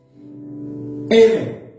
Amen